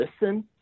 listen